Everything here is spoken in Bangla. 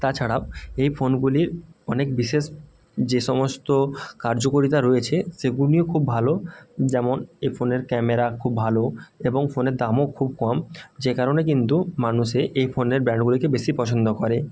তাছাড়াও এই ফোনগুলির অনেক বিশেষ যে সমস্ত কার্যকরিতা রয়েছে সেগুলিও খুব ভালো যেমন এই ফোনের ক্যামেরা খুব ভালো এবং ফোনের দামও খুব কম যে কারণে কিন্তু মানুষে এই ফোনের ব্র্যান্ডগুলিকে বেশি পছন্দ করে